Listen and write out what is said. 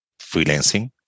freelancing